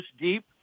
deep